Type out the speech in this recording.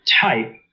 type